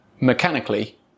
mechanically